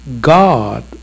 God